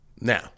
Now